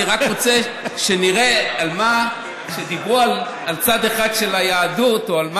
אני רק רוצה שנראה שדיברו על צד אחד של היהדות או על משהו.